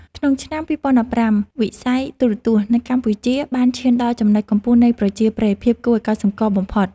ក្នុងឆ្នាំ ២០១៥ វិស័យទូរទស្សន៍នៅកម្ពុជាបានឈានដល់ចំណុចកំពូលនៃប្រជាប្រិយភាពគួរឱ្យកត់សម្គាល់បំផុត។